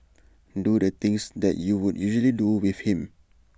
do the things that you would usually do with him